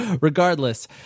Regardless